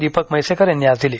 दीपक म्हैसेकर यांनी आज दिली